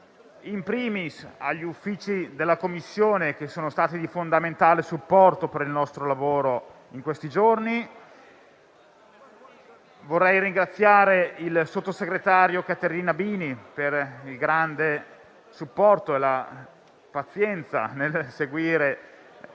*in primis* agli Uffici della Commissione, che sono stati di fondamentale supporto per il nostro lavoro in questi giorni. Vorrei poi ringraziare il sottosegretario, Caterina Bini, per il grande supporto e la pazienza nel seguire